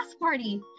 party